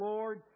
Lord